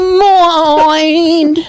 mind